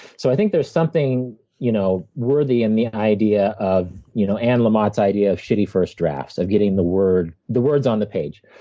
so i think there's something you know worthy in the idea of you know ann lamott's idea of shitty first drafts, of getting the words the words on the page.